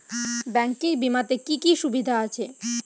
Banking বিমাতে কি কি সুবিধা আছে?